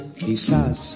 quizás